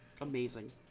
Amazing